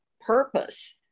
purpose